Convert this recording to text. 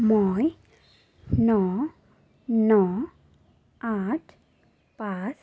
মই ন ন আঠ পাঁচ